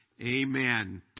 Amen